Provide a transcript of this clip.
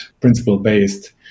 principle-based